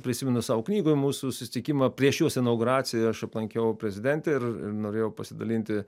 prisimenu savo knygoj mūsų susitikimą prieš jos inauguraciją ir aš aplankiau prezidentę ir norėjau pasidalinti